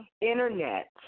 internet